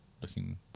looking